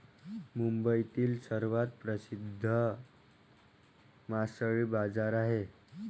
मुंबईतील सर्वात प्रसिद्ध मासळी बाजार आहे